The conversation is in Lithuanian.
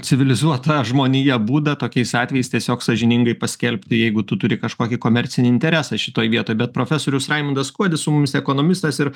civilizuota žmonija būdą tokiais atvejais tiesiog sąžiningai paskelbti jeigu tu turi kažkokį komercinį interesą šitoj vietoj bet profesorius raimundas kuodis su mumis ekonomistas ir